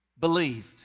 believed